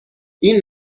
این